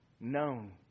known